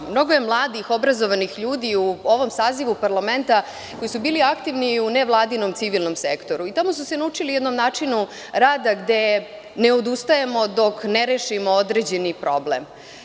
Mnogo je mladih obrazovanih ljudi u ovom sazivu parlamenta koji su bili aktivni u nevladinom civilnom sektoru i tamo su se naučili jednom načinu rada, gde ne odustajemo dok ne rešimo određeni problem.